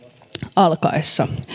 alkaessa